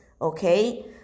Okay